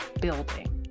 building